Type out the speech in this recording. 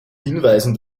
hinweisen